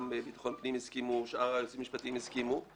גם ביטחון פנים הסכימו ושאר היועצים המשפטיים הסכימו,